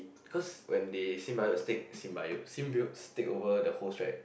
cause when they symbiostic symbiote symbiostic over the host right